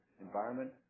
environment